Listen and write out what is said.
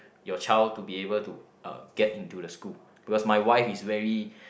your child to be able to uh get into the school because my wife is very